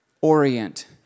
orient